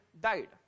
died